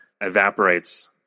evaporates